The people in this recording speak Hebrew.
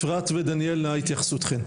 אפרת ודניאל התייחסותכן.